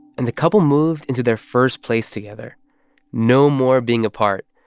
and the couple moved into their first place together no more being apart,